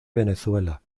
venezuela